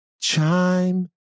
chime